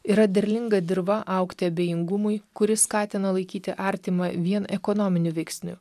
yra derlinga dirva augti abejingumui kuris skatina laikyti artimą vien ekonominiu veiksniu